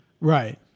right